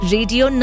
Radio